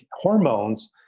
hormones